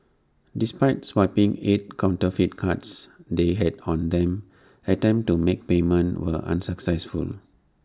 despite swiping eight counterfeit cards they had on them attempts to make payment were unsuccessful